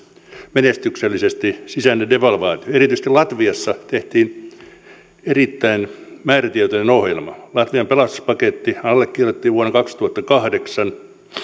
menestyksellisesti sisäinen devalvaatio erityisesti latviassa tehtiin erittäin määrätietoinen ohjelma latvian pelastuspaketti allekirjoitettiin vuonna kaksituhattakahdeksan